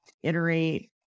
iterate